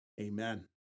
Amen